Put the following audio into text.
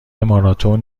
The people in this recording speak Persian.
ماراتن